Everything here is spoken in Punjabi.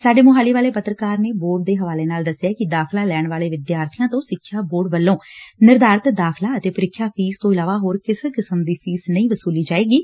ਸਾਡੇ ਮੁਹਾਲੀ ਵਾਲੇ ਪੱਤਰਕਾਰ ਨੇ ਬੋਰਡ ਦੇ ਹਵਾਲੇ ਨਾਲ ਦਸਿਐ ਕਿ ਦਾਖਲਾ ਲੈਣ ਵਾਲੇ ਵਿਦਿਆਰਥੀਆਂ ਤੋਂ ਸਿੱਖਿਆ ਬੋਰਡ ਵੱਲੋਂ ਨਿਰਧਾਰਿਤ ਦਾਖ਼ਲਾ ਅਤੇ ਪ੍ਰੀਖਿਆ ਫ਼ੀਸ ਤੋਂ ਇਲਾਵਾ ਹੋਰ ਕਿਸੇ ਕਿਸਮ ਦੀ ਫੀਸ ਨਹੀਂ ਵਸੁਲੀ ਜਾਏਗੀ